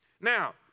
Now